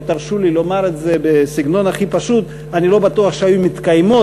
שתרשו לי לומר את זה בסגנון הכי פשוט: אני לא בטוח שהן היו מתקיימות,